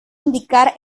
indicar